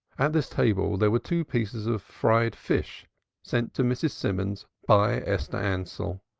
at this table there were two pieces of fried fish sent to mrs. simons by esther ansell.